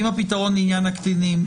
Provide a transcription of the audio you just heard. עם הפתרון לעניין הקטינים,